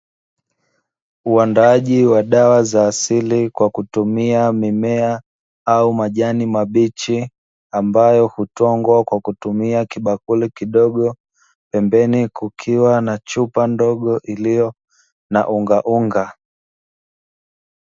Uandaaji wa dawa za asili kwa kutumia mimea au majani mabichi, ambayo hutwangwa kwa kutumia kibakuli kidogo, pembeni kukiwa na chupa ndogo iliyo na ungaunga.